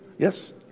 Yes